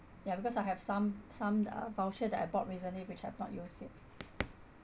ya because I have some some uh voucher that I bought recently which I've not used it